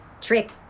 Trick